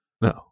No